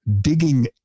digging